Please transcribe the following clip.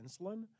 insulin